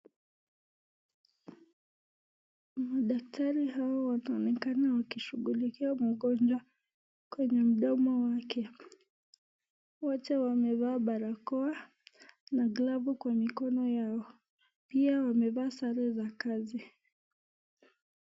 Daktari hao wanaonekana wakishughulikia mgonjwa kwenye mdomo wake. Wote wamevaa barakoa na glavu kwa mikono yao. Pia wamevaa sare za kazi.